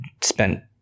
spent